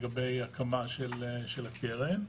לגבי ההקמה של הקרן.